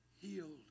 healed